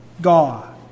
God